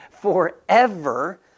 forever